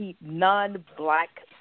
non-black